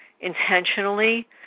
intentionally